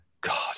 God